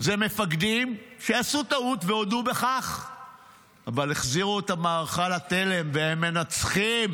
אלה מפקדים שעשו טעות והודו בכך אבל החזירו את המערכה לתלם והם מנצחים.